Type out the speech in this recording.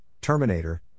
Terminator